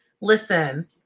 Listen